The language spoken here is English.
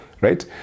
right